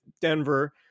Denver